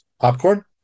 popcorn